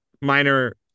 minor